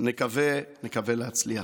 נקווה להצליח.